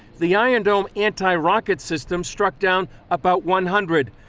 the iron dome anti-rocket system struck down about one hundred.